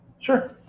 sure